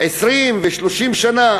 20 ו-30 שנה.